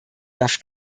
darf